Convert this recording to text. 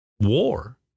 war